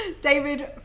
David